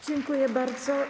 Dziękuję bardzo.